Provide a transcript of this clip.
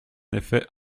effet